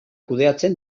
kudeatzen